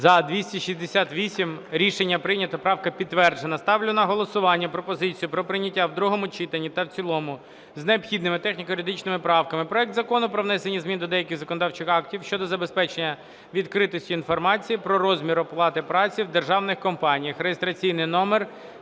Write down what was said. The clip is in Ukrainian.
За-268 Рішення прийнято, правка підтверджена. Ставлю на голосування пропозицію про прийняття в другому читанні та в цілому з необхідними техніко-юридичними правками проект Закону про внесення змін до деяких законодавчих актів щодо забезпечення відкритості інформації про розмір оплати праці в державних компаніях (реєстраційний номер